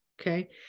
okay